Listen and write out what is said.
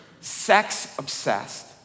sex-obsessed